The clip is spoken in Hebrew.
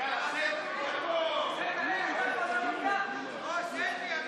מיקי, חבר הכנסת אקוניס, אתה ביקשת הודעה אישית?